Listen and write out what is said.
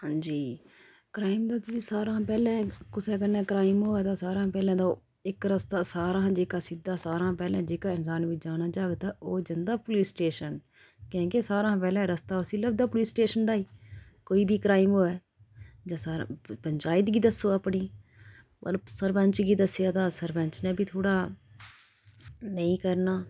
हां जी क्राइम दा तुस सारां हा पैह्लें कुसै कन्नै क्राइम होआ दा सारा हां पैह्ले ते ओह् इक रस्ता सारा हां जेह्का सिद्धा सारां हा पैह्लें जेह्का इंसान बी जाना चाह्ग तां ओह् जंदा पुलिस स्टेशन कैं के सारा हां पैह्लें रस्ता उसी लभदा पुलिस स्टेशन दा ही कोई बी क्राइम होऐ जां सारा पंचायत गी दस्सो अपनी मतलब सरपैंच गी दस्सेआ तां सरपैंच ने बी थोह्ड़ा नेईं करना